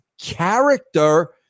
character